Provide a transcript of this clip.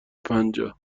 پنجاه